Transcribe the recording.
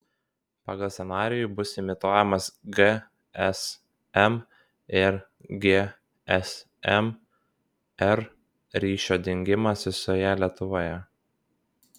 pagal scenarijų bus imituojamas gsm ir gsm r ryšio dingimas visoje lietuvoje